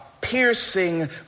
piercing